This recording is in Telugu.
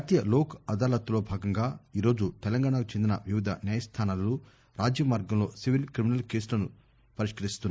జాతీయ లోక్ అదాలత్లో భాగంగా ఈరోజు తెలంగాణకు చెందిన వివిధ న్యాయ స్థానాలలో రాజీ మార్గంలో సివిల్ కిమినల్ కేసులను పరిష్కరిస్తున్నారు